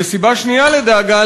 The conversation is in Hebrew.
וסיבה שנייה לדאגה,